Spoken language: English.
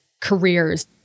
careers